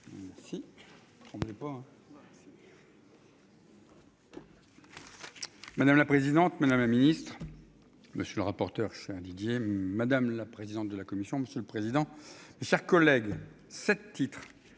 Si. On ne est pas. Madame la présidente, madame la ministre. Monsieur le rapporteur. Chez Didier madame la présidente de la Commission, monsieur le président. Chers collègues, 7 titres.